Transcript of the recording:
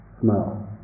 smell